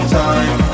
time